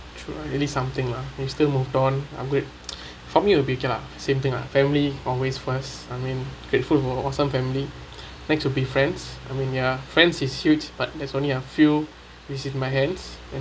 true ah really something lah we still moved on I mean it will be okay lah same thing lah family always first I mean greatful for awesome family next should be friends I mean ya friend is huge but there's only a few received my hands and